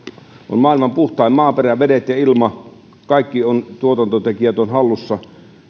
on maailman puhtain maaperä vedet ja ilma kaikki tuotantotekijät hallussa